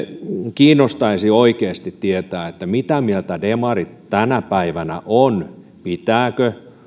kiinnostaisi oikeasti tietää mitä mieltä demarit tänä päivänä ovat pitääkö